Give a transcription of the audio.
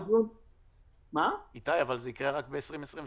זה יקרה רק ב-2022.